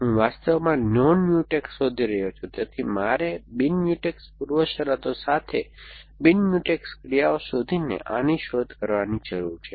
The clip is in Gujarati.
હું વાસ્તવમાં નોન મ્યુટેક્સ શોધી રહ્યો છું તેથી મારે બિન મ્યુટેક્સ પૂર્વશરતો સાથે બિન મ્યુટેક્સ ક્રિયાઓ શોધીને આની શોધ કરવાની જરૂર છે